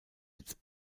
its